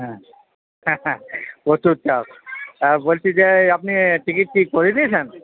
হ্যাঁ প্রচুর চাপ আর বলছি যে আপনি টিকিট কি করিয়ে দিয়েছেন